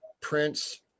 Prince